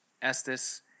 Estes